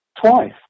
Twice